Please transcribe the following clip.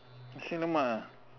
nasi lemak ah